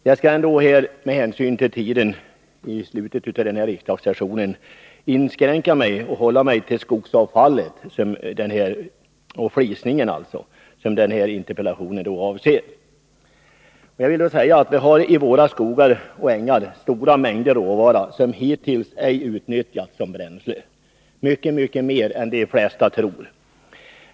Jag skall här, med hänsyn till de tidsmässiga förhållandena i slutet av denna riksdagssession, inskränka mig till skogsavfallet och flisningen, som denna interpellation avser. Vi har i våra skogar och ängar stora mängder råvara som hittills ej utnyttjats som bränsle — mycket mer än de flesta tror.